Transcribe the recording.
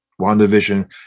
wandavision